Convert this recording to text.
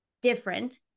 different